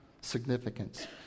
significance